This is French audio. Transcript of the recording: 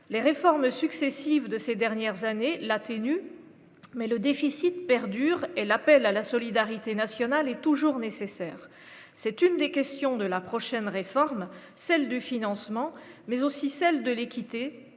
les réformes successives de ces dernières années, la tenue, mais le déficit perdure et l'appel à la solidarité nationale est toujours nécessaire, c'est une des questions de la prochaine réforme celle de financement mais aussi celle de l'équité